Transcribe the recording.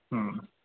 হুম